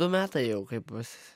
du metai jau kaip bus